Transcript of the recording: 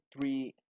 three